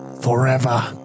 forever